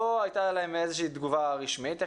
לא הייתה להם איזושהי תגובה רשמית.